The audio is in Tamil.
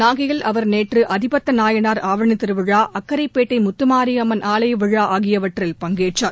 நாகையில் அவர் நேற்று அதிபத்த நாயனார் ஆவணி திருவிழா அக்கரைப்பேட்டை முத்துமாரியம்மன் ஆலய விழா ஆகியவற்றில் பங்கேற்றார்